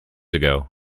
ago